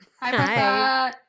Hi